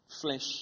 flesh